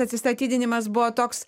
atsistatydinimas buvo toks